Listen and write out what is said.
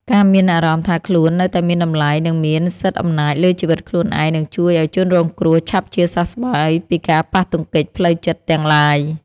ការមានអារម្មណ៍ថាខ្លួននៅតែមានតម្លៃ និងមានសិទ្ធិអំណាចលើជីវិតខ្លួនឯងនឹងជួយឱ្យជនរងគ្រោះឆាប់ជាសះស្បើយពីការប៉ះទង្គិចផ្លូវចិត្តទាំងឡាយ។